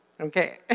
okay